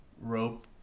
rope